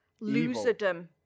loserdom